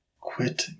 Quit